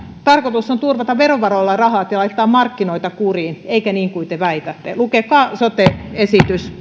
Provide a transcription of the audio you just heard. tarkoitus on turvata verovaroilla palvelut ja laittaa markkinoita kuriin eikä niin kuin te väitätte lukekaa sote esitys